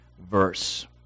verse